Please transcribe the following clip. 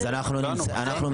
אז אנחנו מצמצמים.